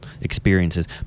experiences